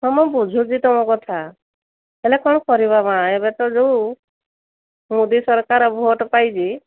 ହଁ ମୁଁ ବୁଝୁଛି ତୁମ କଥା ହେଲେ କ'ଣ କରିବା ମା ଏବେ ତ ଯୋଉ ମୋଦୀ ସରକାର ଭୋଟ ପାଇଛି